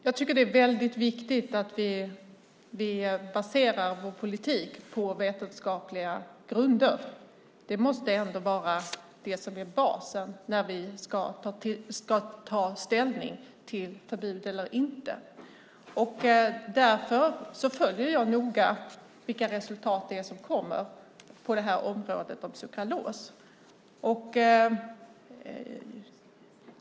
Fru talman! Det är väldigt viktigt att vi baserar vår politik på vetenskapliga grunder. Det måste ändå vara basen när vi ska ta ställning till förbud eller inte. Därför följer jag noga vilka resultat som kommer på området sukralos.